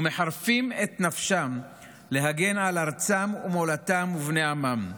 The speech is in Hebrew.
ומחרפים את נפשם להגן על ארצם ומולדתם ועל בני עמם,